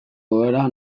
egoera